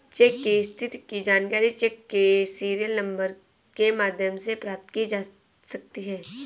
check की स्थिति की जानकारी चेक के सीरियल नंबर के माध्यम से प्राप्त की जा सकती है